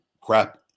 crap